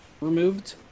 removed